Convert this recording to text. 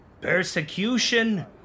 Persecution